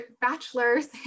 bachelor's